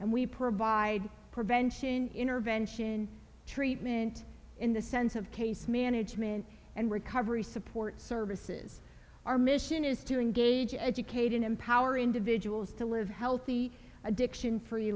and we provide prevention intervention treatment in the sense of case management and recovery support services our mission is to engage educate and empower individuals to live healthy addiction f